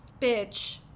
bitch